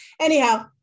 Anyhow